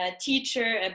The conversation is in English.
teacher